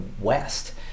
west